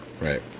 right